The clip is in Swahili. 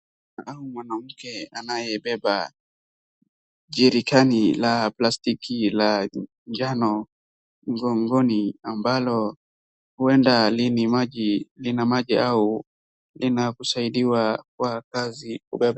Au mwanamke anayebeba jerikani la plastiki la jano mgongoni ambalo huenda lina maji au linakusaidiwa kwa kazi kubeba.